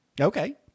Okay